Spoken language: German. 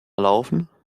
laufen